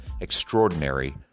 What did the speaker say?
extraordinary